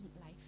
life